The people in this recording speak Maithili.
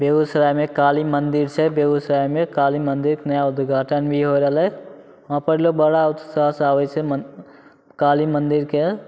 बेगूसरायमे काली मन्दिर छै बेगूसरायमे काली मन्दिरके नया उद्घाटन भी हो रहलै वहाँपर लोक बड़ा उत्साहसे आबै छै मन काली मन्दिरके